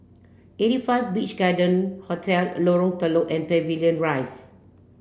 eighty five Beach Garden Hotel Lorong Telok and Pavilion Rise